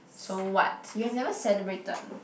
so what you have never celebrated